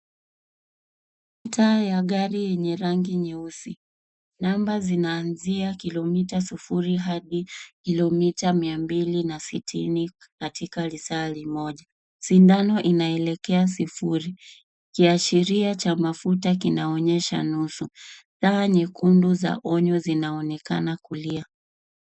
Taa ya gari enye rangi nyeusi. Namba zinaazia kilomita sufuri hadi kilomita mia mbili na sitini katika risari moja. Sidano inaelekea sufuri. Kiashiria cha mafuta kinaonyesha nusu. Taa nyekundu za onyo zinaonekana kulia.